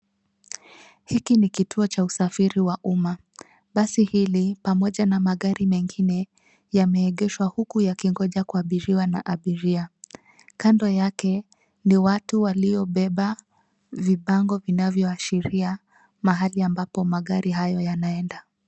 Hiki ni kituo cha usafiri wa umma. Basi hili pamoja na magari mengine yameegeshwa huku yakingoja kuabiriwa na abiria. Kando yake ni watu waliobeba vibango vinavyoashiria mahali ambapo magari hayo yanaenda.